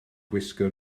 gwisgo